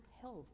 health